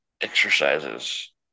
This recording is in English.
exercises